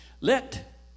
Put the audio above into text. Let